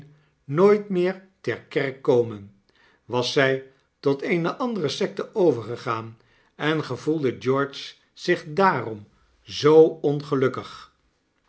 nooit meer ter kerk komen was zij tot eene andere secte overgegaan en gevoelde george zich darom zoo ongelukkig